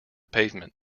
pavement